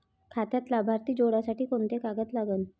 खात्यात लाभार्थी जोडासाठी कोंते कागद लागन?